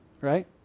right